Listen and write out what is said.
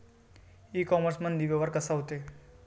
इ कामर्समंदी व्यवहार कसा होते?